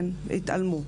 כן, התעלמו.